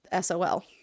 sol